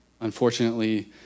unfortunately